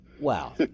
Wow